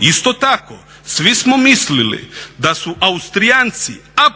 Isto tako svi smo mislili da su Austrijanci